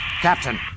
Captain